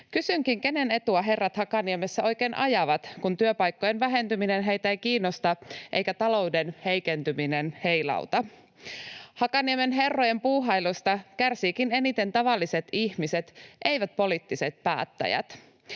Kysynkin: kenen etua herrat Hakaniemessä oikein ajavat, kun työpaikkojen vähentyminen heitä ei kiinnosta eikä talouden heikentyminen heilauta? Hakaniemen herrojen puuhailusta kärsivätkin eniten tavalliset ihmiset, eivät poliittiset päättäjät.